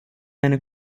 eine